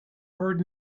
heard